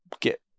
get